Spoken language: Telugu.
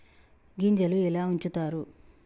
గింజలు ఎలా ఉంచుతారు?